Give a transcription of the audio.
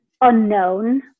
unknown